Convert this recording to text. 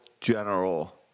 general